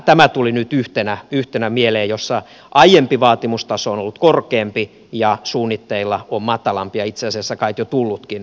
tämä tuli nyt mieleen yhtenä jossa aiempi vaatimustaso on ollut korkeampi ja suunnitteilla on matalampi itse asiassa sellainen on kait jo osittain tullutkin